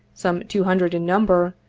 some two hundred in number,